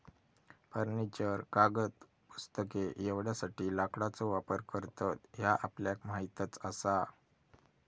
furniture, कागद, पुस्तके एवढ्यासाठी लाकडाचो वापर करतत ह्या आपल्याक माहीतच आसा